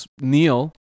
Neil